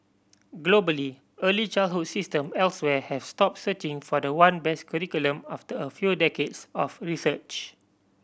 globally early childhood system elsewhere have stop searching for the one best curriculum after a few decades of research